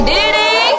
Diddy